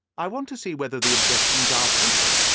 i want to see whether the objections are fatal,